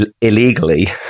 illegally